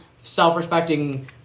self-respecting